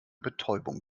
betäubung